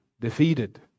defeated